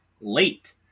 late